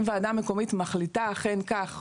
אם ועדה מקומית מחליטה אכן כך,